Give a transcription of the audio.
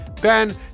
Ben